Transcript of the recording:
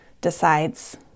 decides